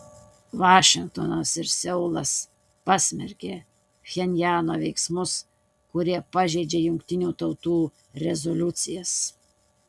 vašingtonas ir seulas pasmerkė pchenjano veiksmus kurie pažeidžia jungtinių tautų rezoliucijas